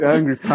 Angry